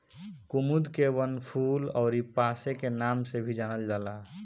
कुमुद के वनफूल अउरी पांसे के नाम से भी जानल जाला